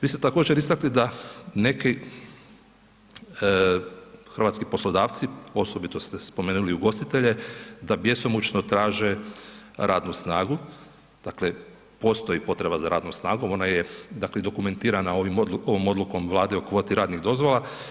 Vi ste također istakli da neki hrvatski poslodavci, osobito ste spomenuli ugostitelje, da bjesomučno traže radnu snagu, dakle postoji potreba za radnom snagom ona je dakle dokumentirana ovom odlukom Vlade o kvoti radnih dozvola.